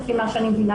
לפי מה שאני מבינה,